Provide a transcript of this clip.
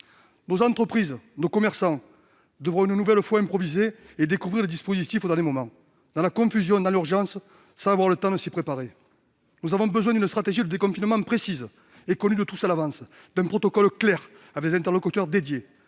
Nos entreprises, nos commerçants devront une nouvelle fois improviser et découvrir le dispositif au dernier moment, dans la confusion et l'urgence, sans avoir le temps de s'y préparer. Nous avons besoin d'une stratégie de déconfinement précise et connue de tous à l'avance, d'un protocole clair avec des interlocuteurs